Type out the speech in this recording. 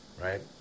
right